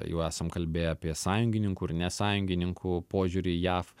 jau esam kalbėję apie sąjungininkų ir ne sąjungininkų požiūrį į jav